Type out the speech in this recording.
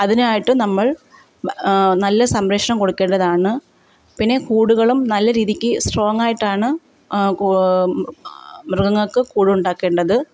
അതിനായിട്ട് നമ്മൾ നല്ല സംരക്ഷണം കൊടുക്കേണ്ടതാണ് പിന്നെ കൂടുകളും നല്ല രീതിയിക്ക് സ്ട്രോങ്ങായിട്ടാണ് കൂട് മൃഗങ്ങൾക്ക് കൂടുണ്ടാക്കേണ്ടത്